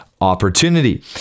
opportunity